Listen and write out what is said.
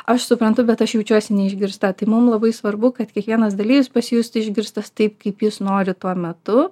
aš suprantu bet aš jaučiuosi neišgirsta tai mum labai svarbu kad kiekvienas dalyvis pasijustų išgirstas taip kaip jis nori tuo metu